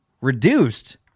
reduced